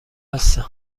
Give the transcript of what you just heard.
هستم